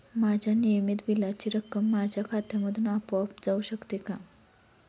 माझ्या नियमित बिलाची रक्कम माझ्या खात्यामधून आपोआप जाऊ शकते का?